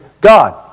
God